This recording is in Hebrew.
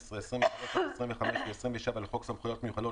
תחילה תיקון תקנה 1 תיקון תקנה 7 תיקון תקנה 26 תחילה